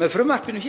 með frumvarpinu.